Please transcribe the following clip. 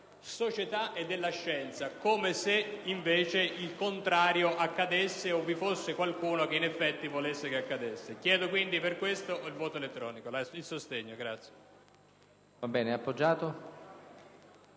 società e della scienza» come se, invece, il contrario accadesse o vi fosse qualcuno che in effetti volesse che accada. Chiedo per questo la votazione